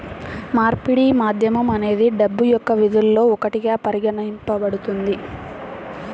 మార్పిడి మాధ్యమం అనేది డబ్బు యొక్క విధుల్లో ఒకటిగా పరిగణించబడుతుంది